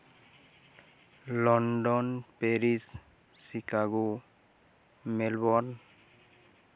London Paris Chicago Melbourne